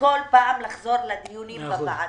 פעם לחזור לדיונים בוועדה.